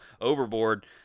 overboard